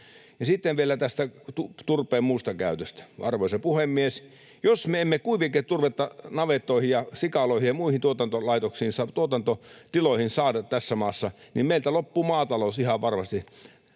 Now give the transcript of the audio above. Sitten vielä tästä turpeen muusta käytöstä, arvoisa puhemies. Jos me emme kuiviketurvetta navettoihin ja sikaloihin ja muihin tuotantotiloihin saa tässä maassa, niin meiltä loppuu maatalous ihan varmasti.